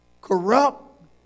corrupt